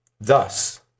thus